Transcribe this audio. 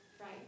right